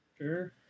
Sure